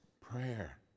prayer